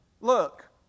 look